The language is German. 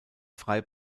frei